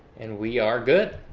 and we are good.